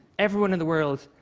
everyone in the world,